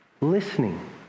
listening